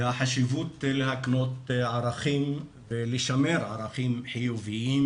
והחשיבות להקנות ערכים ולשמר ערכים חיוביים